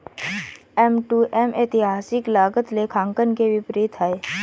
M to M ऐतिहासिक लागत लेखांकन के विपरीत है